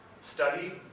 study